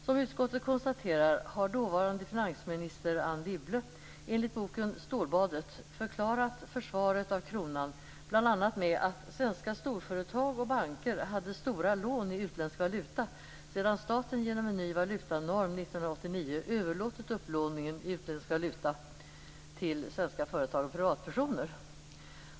Som utskottet konstaterar har dåvarande finansminister Anne Wibble enligt boken Stålbadet förklarat försvaret av kronan bl.a. med att svenska storföretag och banker hade stora lån i utländsk valuta sedan staten genom en ny valutanorm 1989 överlåtit upplåningen i utländsk valuta till svenska företag och privatpersoner.